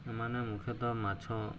ଏମାନେ ମୁଖ୍ୟତଃ ମାଛ